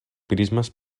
prismes